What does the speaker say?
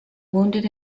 wounded